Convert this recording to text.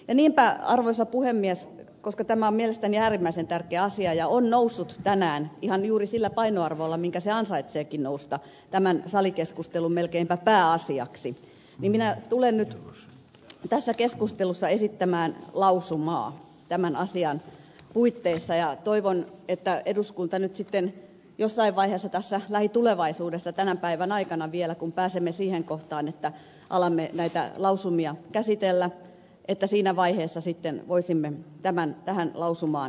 niinpä arvoisa puhemies koska tämä on mielestäni äärimmäisen tärkeä asia ja on noussut tänään ihan juuri sillä painoarvolla millä se ansaitseekin nousta tämän salikeskustelun melkeinpä pääasiaksi minä tulen tässä keskustelussa esittämään lausumaa tämän asian puitteissa ja toivon että eduskunta jossain vaiheessa lähitulevaisuudessa tämän päivän aikana vielä kun pääsemme siihen kohtaan että alamme näitä lausumia käsitellä että siinä vaiheessa sitten voisimme voisi tähän lausumaan yhtyä